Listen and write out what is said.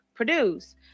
produce